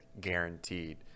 guaranteed